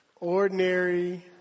ordinary